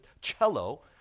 cello